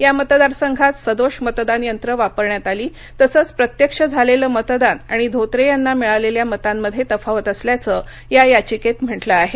या मतदारसंघात सदोष मतदानयंत्रं वापरण्यात आली तसंच प्रत्यक्ष झालेलं मतदान आणि धोत्रे यांना मिळालेल्या मतांमध्ये तफावत असल्याचं या याचिकेत म्हटलं आहे